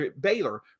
Baylor